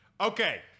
Okay